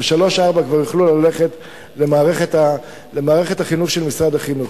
בגיל שלוש-ארבע כבר יוכלו ללכת למערכת החינוך של משרד החינוך.